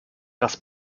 das